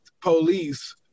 police